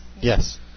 Yes